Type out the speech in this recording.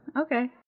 Okay